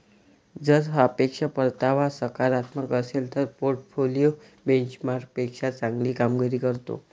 जर सापेक्ष परतावा सकारात्मक असेल तर पोर्टफोलिओ बेंचमार्कपेक्षा चांगली कामगिरी करतो